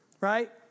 Right